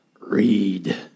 Read